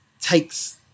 takes